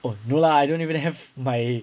oh no lah I don't even have my